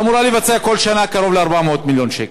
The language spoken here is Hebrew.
כשהיא אמורה לנצל כל שנה קרוב ל-400 מיליון שקלים.